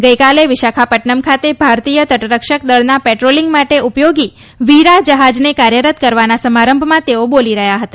ગઇકાલે વિશાખાપટ્ટનમ ખાતે ભારતીય તટરક્ષક દળના પેટ્રોલીંગ માટે ઉપયોગી વીરા જહાજને કાર્યરત કરવાના સમારંભમાં તેઓ બોલી રહ્યા હતા